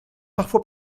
parfois